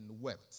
wept